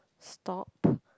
stop